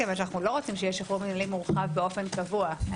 כיוון שאנחנו לא רוצים שיהיה שחרור מינהלי מורחב באופן קבוע.